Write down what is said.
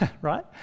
right